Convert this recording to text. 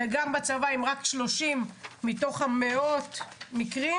ואם בצבא רק 30 מתוך המאות מקרים